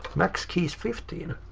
max keys fifteen.